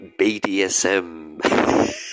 bdsm